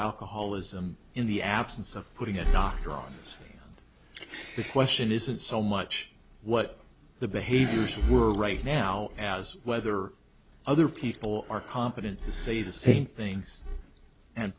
alcoholism in the absence of putting it on iran question isn't so much what the behaviors were right now as whether other people are competent to say the same things and